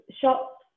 shops